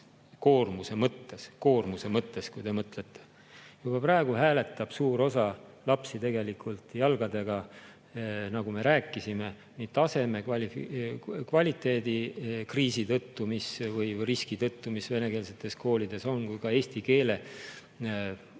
koormuse mõttes. Koormuse mõttes, kui te mõtlete. Juba praegu hääletab suur osa lapsi jalgadega. Nagu me rääkisime, nii kvaliteedikriisi tõttu või riski tõttu, mis venekeelsetes koolides on, kui ka eesti keele õppe